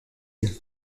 yeux